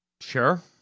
Sure